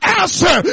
answer